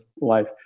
life